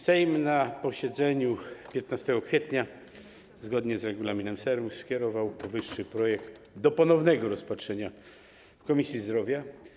Sejm na posiedzeniu 15 kwietnia, zgodnie z regulaminem Sejmu, skierował powyższy projekt do ponownego rozpatrzenia do Komisji Zdrowia.